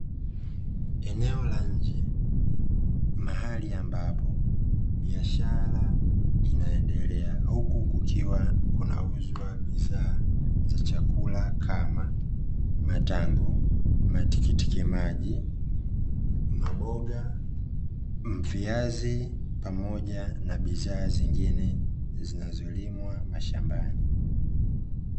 Eneo la nje mahali, ambapo biashara inaendelea, huku kukiwa kunauzwa bidhaa za chakula kama matango, matikitimaji, maboga ,viazi, pamoja na bidhaa nyingine zinazolimwa mashambani.